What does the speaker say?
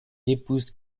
épouse